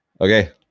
Okay